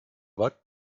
watt